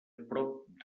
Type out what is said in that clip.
prop